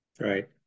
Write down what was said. Right